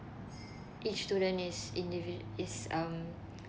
each student is indivi~ is um